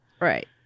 Right